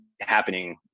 happening